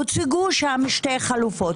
הוצגו שם שתי חלופות,